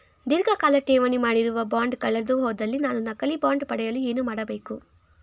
ಧೀರ್ಘಕಾಲ ಠೇವಣಿ ಮಾಡಿರುವ ಬಾಂಡ್ ಕಳೆದುಹೋದಲ್ಲಿ ನಾನು ನಕಲಿ ಬಾಂಡ್ ಪಡೆಯಲು ಏನು ಮಾಡಬೇಕು?